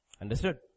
Understood